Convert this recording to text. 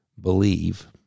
believe